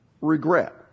regret